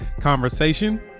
conversation